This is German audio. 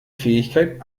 fähigkeit